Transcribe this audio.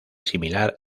similar